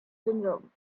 syndrome